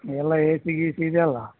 ಎಲ್ಲ ಏಸಿ ಗೀಸಿ ಇದೆಯಲ್ಲ